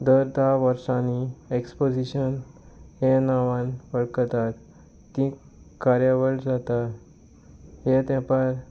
दर धा वर्सांनी एक्सपोजीशन हे नांवान वळखतात ती कार्यावळ जाता हे तेंपार